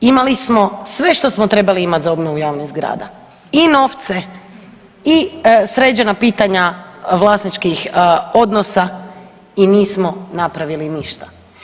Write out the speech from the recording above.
Dakle imali smo sve što smo trebali imat za obnovu javnih zgrada i novce i sređena pitanja vlasničkih odnosa i nismo napravili ništa.